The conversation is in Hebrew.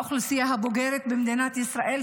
מהאוכלוסייה הבוגרת במדינת ישראל,